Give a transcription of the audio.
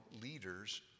leaders